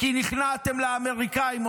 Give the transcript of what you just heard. -- כי נכנעתם לאמריקאים,